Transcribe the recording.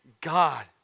God